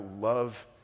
love